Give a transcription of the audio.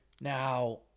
Now